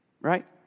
Right